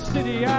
City